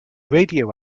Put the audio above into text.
radio